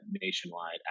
nationwide